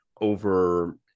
over